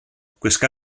gwisga